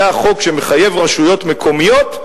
היה חוק שמחייב רשויות מקומיות,